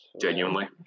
genuinely